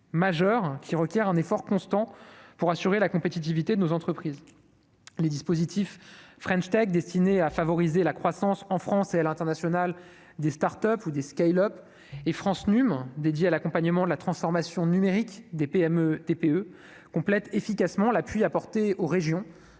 qui requiert un effort constant pour assurer la compétitivité de nos entreprises, les dispositifs French Tech destiné à favoriser la croissance en France et à l'international des Start-Up ou d'escalope et France num dédiée à l'accompagnement de la transformation numérique des PME, TPE complète efficacement l'appui apporté aux régions